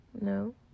No